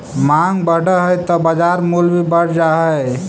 माँग बढ़ऽ हइ त बाजार मूल्य भी बढ़ जा हइ